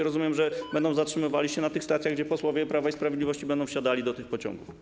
Rozumiem, że będzie zatrzymywała się na tych stacjach, gdzie posłowie Prawa i Sprawiedliwości będą wsiadali do tych pociągów.